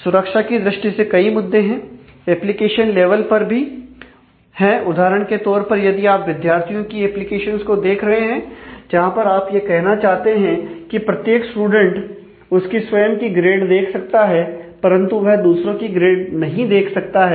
सुरक्षा की दृष्टि से कई मुद्दे हैं एप्लीकेशन लेवल पर भी हैं उदाहरण के तौर पर यदि आप विद्यार्थियों की एप्लीकेशंस को देख रहे हैं जहां पर आप यह कहना चाहते हैं कि प्रत्येक स्टूडेंट उसकी स्वयं की ग्रेड देख सकता है परंतु वह दूसरों की ग्रेड नहीं देख सकता है